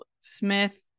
Smith